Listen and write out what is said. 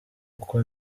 uko